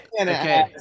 Okay